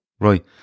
right